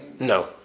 No